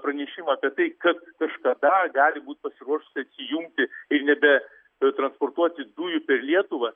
pranešimą apie tai kad kažkada gali būt pasiruošusi atsijungti ir nebe transportuoti dujų per lietuvą